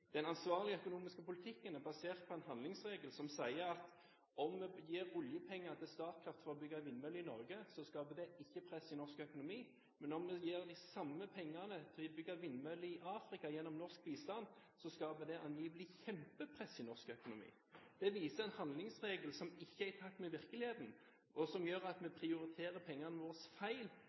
Den ansvarlige økonomiske politikken er basert på en handlingsregel som sier at om vi gir oljepenger til Statkraft for å bygge vindmøller i Norge, skaper det ikke press i norsk økonomi, men når vi gir de samme pengene for å bygge vindmøller i Afrika, gjennom norsk bistand, skaper det angivelig kjempepress i norsk økonomi. Det viser en handlingsregel som ikke er i pakt med virkeligheten, og som gjør at vi prioriterer pengene våre feil